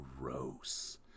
Gross